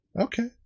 Okay